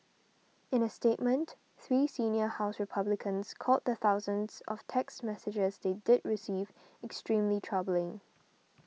in a statement three senior House Republicans called the thousands of text messages they did receive extremely troubling